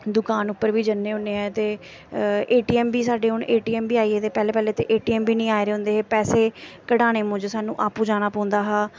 दकान पर बी जन्ने होन्ने ऐ ते ए टी एम बी साड्ढे हून ए टी एम बी आई एह्दे साढ़े पैह्ले पैह्ले पैह्ले ते ए टी एम बी निं आए दे होंदे हे पैसे कढ़ाने मूजब सानूं आपूं जाना पौंदा हा